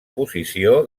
posició